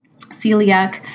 celiac